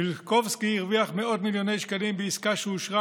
מיליקובסקי הרוויח מאות מיליוני שקלים בעסקה שאושרה